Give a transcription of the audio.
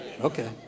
Okay